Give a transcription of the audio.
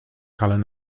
colour